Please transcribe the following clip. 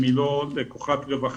אם היא לא לקוחת רווחה,